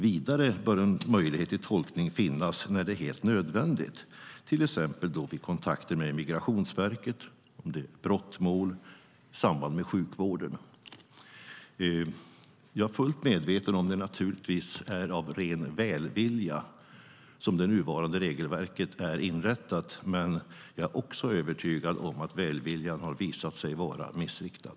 Vidare bör en möjlighet till tolkning finnas när det är helt nödvändigt för verksamheten, t.ex vid Migrationsverket, i brottmål och vid akuta sjukhusbesök." Jag är fullt medveten om att det naturligtvis är av ren välvilja som det nuvarande regelverket är inrättat, men jag är också övertygad om att välviljan har visat sig vara missriktad.